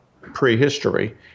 prehistory